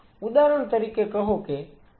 ઉદાહરણ તરીકે કહો કે તે સંયોજન A ઉત્પન્ન કરે છે